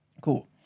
Cool